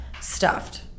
stuffed